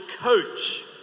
coach